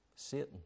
satan